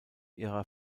ihrer